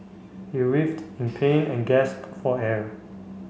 he writhed in pain and gasped for air